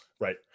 right